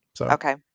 Okay